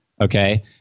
Okay